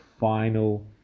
Final